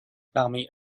parmi